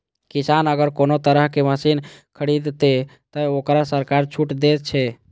किसान अगर कोनो तरह के मशीन खरीद ते तय वोकरा सरकार छूट दे छे?